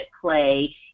play